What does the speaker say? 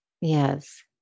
Yes